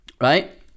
right